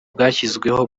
bwashyizweho